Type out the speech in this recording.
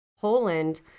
Poland